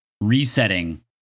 resetting